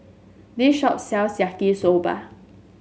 this shop sells Yaki Soba